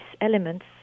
elements